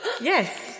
Yes